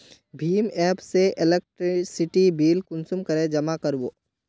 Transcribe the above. भीम app से electricity bill कुंसम करे जमा कर बो?